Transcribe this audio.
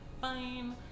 fine